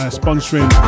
sponsoring